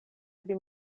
pri